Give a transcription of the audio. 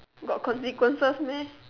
got consequences meh